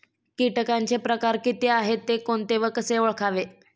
किटकांचे प्रकार किती आहेत, ते कोणते व कसे ओळखावे?